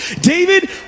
david